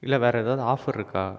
இல்லை வேறு ஏதாவது ஆஃபர் இருக்கா